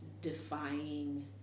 defying